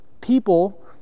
people